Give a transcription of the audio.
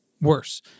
worse